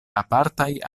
apartaj